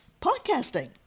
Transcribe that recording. podcasting